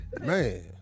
Man